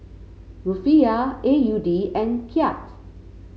Rufiyaa A U D and Kyat